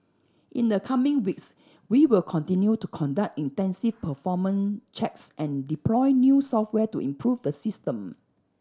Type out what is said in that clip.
in the coming weeks we will continue to conduct intensive performance checks and deploy new software to improve the system